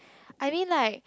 I think like